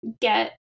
get